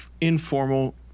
informal